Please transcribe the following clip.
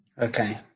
Okay